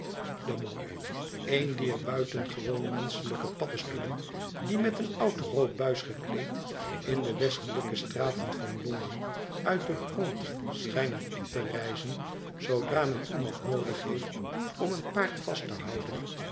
de man een dier buitengewone menschelijke paddestoelen die met een oud rood buis gekleed in de westelijke straten van londen uit den grond schijnen op te rijzen zoodra men iemand noodig heeft om een paard vast te houden